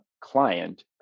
client